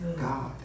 God